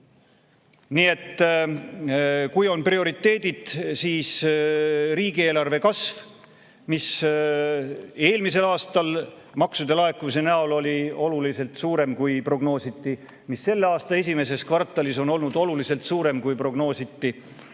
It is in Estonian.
Nii et kui on prioriteedid, siis riigieelarve kasv, mis eelmisel aastal maksude laekumise näol oli oluliselt suurem, kui prognoositi, mis selle aasta esimeses kvartalis on olnud oluliselt suurem, kui prognoositi,